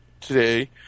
today